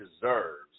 deserves